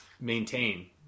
maintain